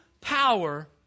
power